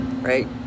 right